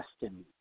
destiny